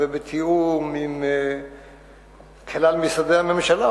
ובתיאום עם כלל משרדי הממשלה,